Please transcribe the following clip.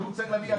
הצהרה מן היצרן?